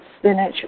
spinach